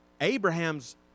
Abraham's